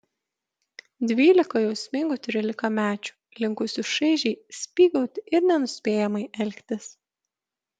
dvylika jausmingų trylikamečių linkusių šaižiai spygauti ir nenuspėjamai elgtis